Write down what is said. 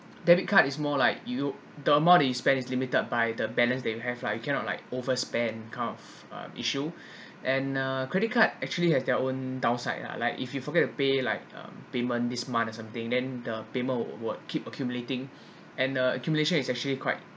debit card is more like you the amount that you spend is limited by the balance that you have lah you cannot like overspend kind of uh issue and uh credit card actually has their own downside lah like if you forget to pay like um payment this month or something then the payment wo~ would keep accumulating and the accumulation is actually quite